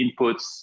inputs